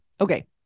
Okay